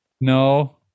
No